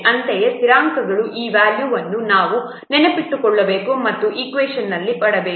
ಅಂತೆಯೇ ಸ್ಥಿರಾಂಕಗಳ ಈ ವ್ಯಾಲ್ಯೂವನ್ನು ನಾವು ನೆನಪಿಟ್ಟುಕೊಳ್ಳಬೇಕು ಮತ್ತು ಈಕ್ವೇಷನ್ನಲ್ಲಿ ಇಡಬೇಕು